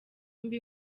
mbi